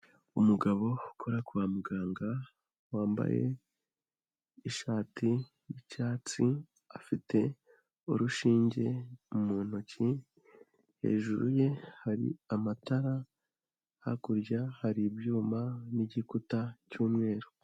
Umugabo ukora kwa muganga wambaye ishati y'icyatsi afite urushinge mu ntoki, hejuru ye hari amatara, hakurya hari ibyuma n'igikuta cy'umweru.